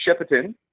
Shepparton